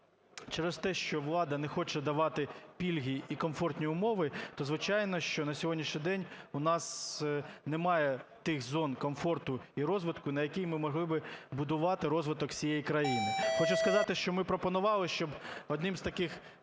через те, що влада не хоче давати пільги і комфортні умови, то, звичайно, що на сьогоднішній день у нас немає тих зон комфорту і розвитку, на який ми могли би будувати розвиток всієї країни. Хочу сказати, що ми пропонували, щоб однією з таких